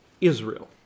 Israel